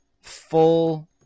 full